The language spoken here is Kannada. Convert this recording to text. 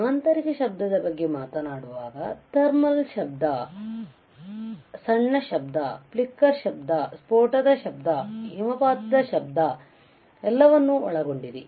ಆಂತರಿಕ ಶಬ್ದದ ಬಗ್ಗೆ ಮಾತನಾಡುವಾಗ ಥರ್ಮಲ್ ಶಬ್ದ ಸಣ್ಣ ಶಬ್ದ ಫ್ಲಿಕರ್ ಶಬ್ದ ಸ್ಫೋಟದ ಶಬ್ದ ಮತ್ತು ಹಿಮಪಾತದ ಶಬ್ದ ಎಲ್ಲವನ್ನೂ ಒಳಗೊಂಡಿದೆ